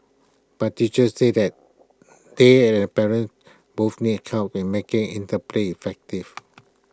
but teachers say that they and the parents both need help in making interplay effective